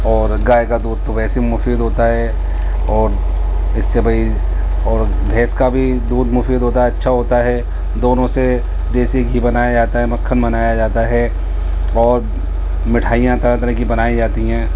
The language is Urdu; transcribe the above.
اور گائے کا دودھ تو وبیسے ہی مفید ہوتا ہے اور اس سے بھائی اور بھینس کا بھی دودھ مفید ہوتا ہے اچھا ہوتا ہے دونوں سے دیسی گھی بنایا جاتا ہے مکھن بنایا جاتا ہے اور مٹھائیاں طرح طرح کی بنائی جاتی ہیں